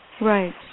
right